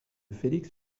félix